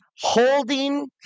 holding